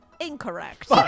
Incorrect